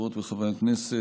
חברות וחברי הכנסת,